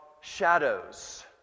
shadows